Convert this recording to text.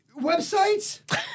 websites